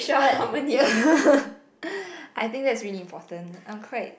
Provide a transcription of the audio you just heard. but I think that's really important I'm quite